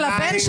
של הבן,